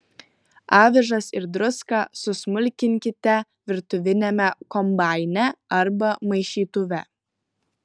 avižas ir druską susmulkinkite virtuviniame kombaine arba maišytuve